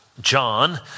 John